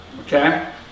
okay